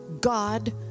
God